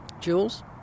Jules